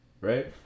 Right